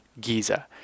Giza